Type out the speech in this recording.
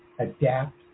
adapt